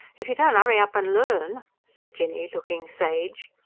if you don't urry up and learn, said jinny, looking sage.